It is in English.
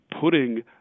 putting